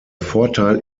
vorteil